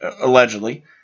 allegedly